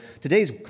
today's